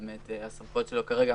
הסמכויות שלו כרגע,